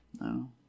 No